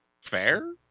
fair